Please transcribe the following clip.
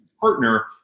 partner